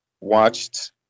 watched